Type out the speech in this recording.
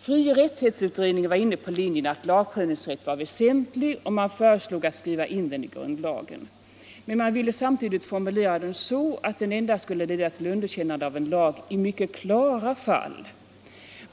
Frioch rättighetsutredningen var inne på linjen att lagprövningsrätten var väsentlig, och man föreslog att skriva in den i grundlagen. Men man ville samtidigt formulera den så, att den endast skulle leda till underkännande av en lag i mycket klara fall.